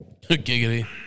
Giggity